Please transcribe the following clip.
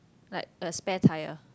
like a spare tyre